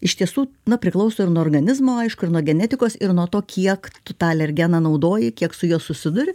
iš tiesų na priklauso ir nuo organizmo aišku ir nuo genetikos ir nuo to kiek tu tą alergeną naudoji kiek su juo susiduri